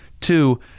two